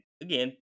again